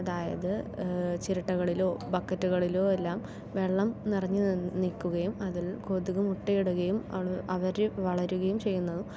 അതായത് ചിരട്ടകളിലോ ബക്കറ്റുകളിലോ എല്ലാം വെള്ളം നിറഞ്ഞുനിൽക്കുകയും അതിൽ കൊതുക് മുട്ടയിടുകയും അവൾ അവർ വളരുകയും ചെയ്യുന്നു